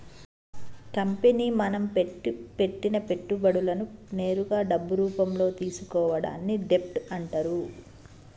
company మనం పెట్టిన పెట్టుబడులను నేరుగా డబ్బు రూపంలో తీసుకోవడాన్ని డెబ్ట్ అంటరు